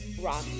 rock